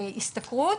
להשתכרות.